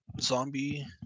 Zombie